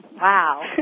Wow